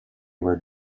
where